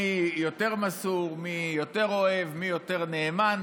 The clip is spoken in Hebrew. מי יותר מסור, מי יותר אוהב, מי יותר נאמן.